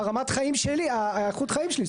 פשוט מבחינת רמת החיים שלי, איכות החיים שלי.